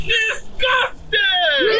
disgusting